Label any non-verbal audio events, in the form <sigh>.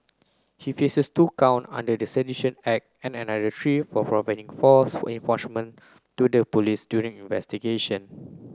he faces two count under the Sedition Act and another three for providing false <unintelligible> to the police during investigation